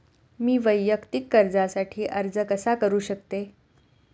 मी वैयक्तिक कर्जासाठी अर्ज कसा करु शकते?